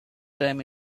time